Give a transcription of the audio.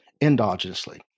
endogenously